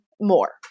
more